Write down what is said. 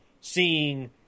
seeing